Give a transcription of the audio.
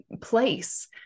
place